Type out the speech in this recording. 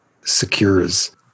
secures